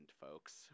folks